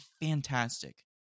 fantastic